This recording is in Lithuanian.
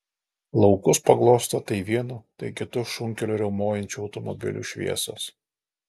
laukus paglosto tai vienu tai kitu šunkeliu riaumojančių automobilių šviesos